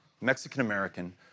Mexican-American